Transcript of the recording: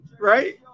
right